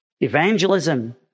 Evangelism